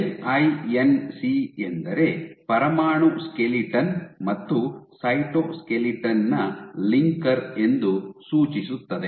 L I N C ಎಂದರೆ ಪರಮಾಣು skeleton ಮತ್ತು ಸೈಟೋಸ್ಕೆಲಿಟನ್ ನ ಲಿಂಕರ್ ಎಂದು ಸೂಚಿಸುತ್ತದೆ